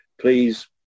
please